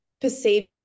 perceive